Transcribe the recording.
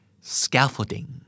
scaffolding